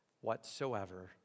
whatsoever